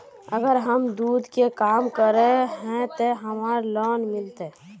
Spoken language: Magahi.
अगर हम दूध के काम करे है ते हमरा लोन मिलते?